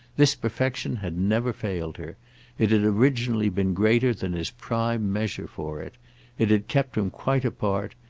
this perfection had never failed her it had originally been greater than his prime measure for it it had kept him quite apart,